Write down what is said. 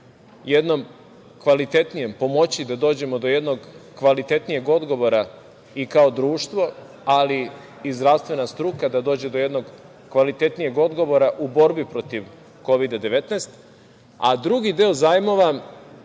jedom kvalitetnijem, pomoći da dođemo do jednog kvalitetnijeg odgovora i kao društvo, ali i zdravstvena struka da dođe do jednog kvalitetnijeg odgovora u borbi protiv Kovid-19, a drugi deo zajmova